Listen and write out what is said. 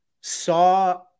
saw